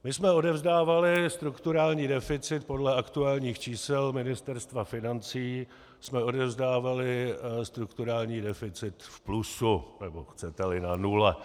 My jsme odevzdávali strukturální deficit, podle aktuálních čísel Ministerstva financí jsme odevzdávali strukturální rozpočet v plusu, nebo chceteli na nule.